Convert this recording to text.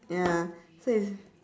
ya so it's